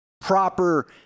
proper